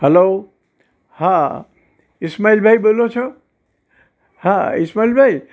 hello હા ઇસ્માઇલભાઈ બોલો છો હા ઇસ્માઇલભાઈ